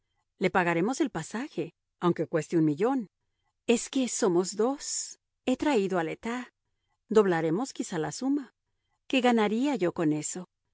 le pagaremos el pasaje aunque cueste un millón es que somos dos he traído a le tas doblaremos quizá la suma qué ganaría yo con eso